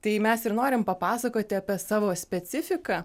tai mes ir norim papasakoti apie savo specifiką